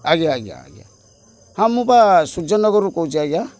ଆଜ୍ଞା ଆଜ୍ଞା ଆଜ୍ଞା ହଁ ମୁଁ ବା ସୂର୍ଯ୍ୟନଗରରୁ କହୁଛି ଆଜ୍ଞା